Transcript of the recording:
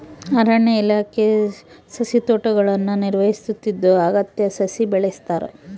ಅರಣ್ಯ ಇಲಾಖೆ ಸಸಿತೋಟಗುಳ್ನ ನಿರ್ವಹಿಸುತ್ತಿದ್ದು ಅಗತ್ಯ ಸಸಿ ಬೆಳೆಸ್ತಾರ